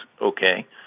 okay